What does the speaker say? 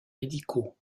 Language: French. médicaux